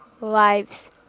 lives